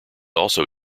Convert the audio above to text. also